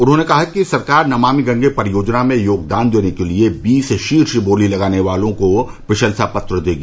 उन्होंने कहा कि सरकार नमामि गंगे परियोजना में योगदान देने के लिए बीस शीर्ष बोली लगाने वालों को प्रशंसा पत्र देगी